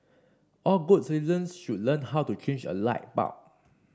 all good citizens should learn how to change a light bulb